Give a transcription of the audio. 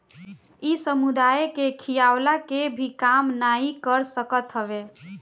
इ समुदाय के खियवला के भी काम नाइ कर सकत हवे